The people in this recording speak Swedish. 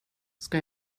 ska